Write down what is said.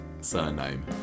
surname